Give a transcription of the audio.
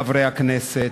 חברי הכנסת,